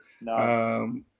No